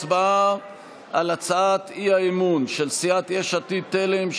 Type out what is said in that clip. הצבעה על הצעת האי-אמון של סיעת יש עתיד-תל"ם,